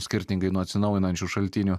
skirtingai nuo atsinaujinančių šaltinių